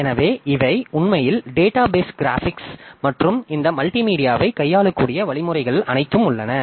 எனவே இவை உண்மையில் டேட்டாபேஸ் கிராபிக்ஸ் மற்றும் இந்த மல்டிமீடியாவைக் கையாளக்கூடிய வழிமுறைகள் அனைத்தும் உள்ளன